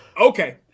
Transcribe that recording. okay